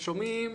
אתם שומעים